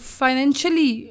financially